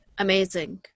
Amazing